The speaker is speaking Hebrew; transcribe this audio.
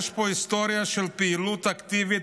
יש פה היסטוריה של פעילות אקטיבית